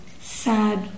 sad